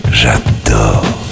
j'adore